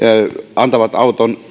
antavat auton